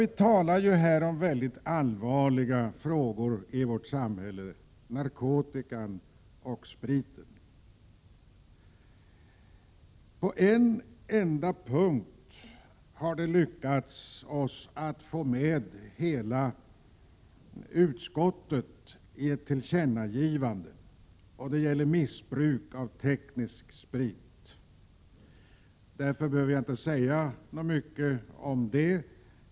Vi talar här om mycket allvarliga frågor i vårt samhälle, narkotikan och spriten. På en enda punkt har det lyckats oss att få med hela utskottet i ett tillkännagivande. Det gäller missbruk av teknisk sprit. Jag behöver därför inte säga särskilt mycket om det.